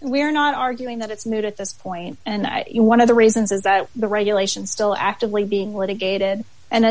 we are not arguing that it's moot at this point and that you one of the reasons is that the regulations still actively being litigated and